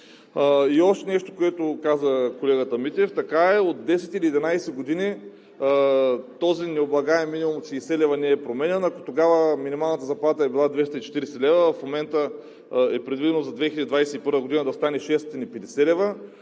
И още нещо, което каза колегата Митев – така е, от 10 или 11 години този необлагаем минимум от 60 лв. не е променян. Ако тогава минималната заплата е била 240 лв., в момента е предвидено за 2021 г. да стане 650 лв.,